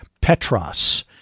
petros